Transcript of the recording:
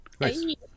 Nice